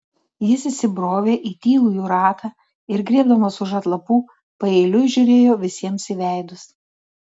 jis įsibrovė į tylų jų ratą ir griebdamas už atlapų paeiliui žiūrėjo visiems į veidus